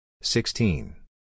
sixteen